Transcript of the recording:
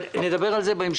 אבל נדבר על זה בהמשך.